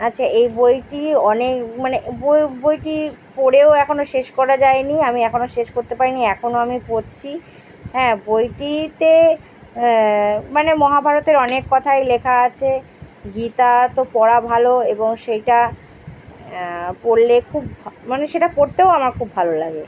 আচ্ছা এই বইটি অনেক মানে বই বইটি পড়েও এখনও শেষ করা যায় নি আমি এখনও শেষ করতে পারি নি এখনও আমি পড়ছি হ্যাঁ বইটিতে মানে মহাভারতের অনেক কথাই লেখা আছে গীতা তো পড়া ভালো এবং সেইটা পড়লে খুব ভা মানে সেটা পড়তেও আমার খুব ভালো লাগে